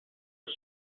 was